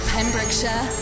Pembrokeshire